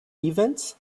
events